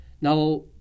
Now